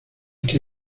que